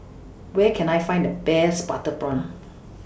Where Can I Find The Best Butter Prawn